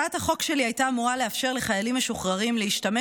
הצעת החוק שלי הייתה אמורה לאפשר לחיילים משוחררים להשתמש